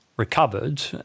recovered